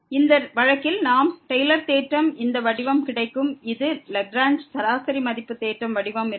இந்த வழக்கில் நாம் டெய்லர் தேற்றத்திற்கு இந்த வடிவம் கிடைக்கும் இதற்கு லாக்ரேஞ்ச் சராசரி மதிப்பு தேற்றம் வடிவம் இருந்தது